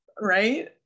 right